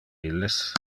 illes